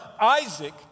isaac